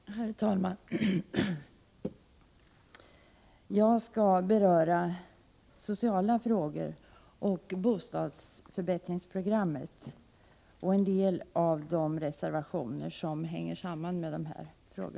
Herr talman! Jag skall beröra sociala frågor och bostadsförbättringsprogrammet samt vissa av de reservationer som sammanhänger med dessa spörsmål.